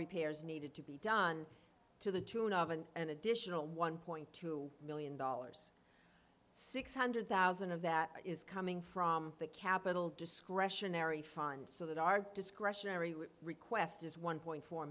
repairs needed to be done to the tune of and an additional one point two million dollars six hundred thousand of that is coming from the capital discretionary fund so that our discretionary request is one point four